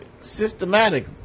systematic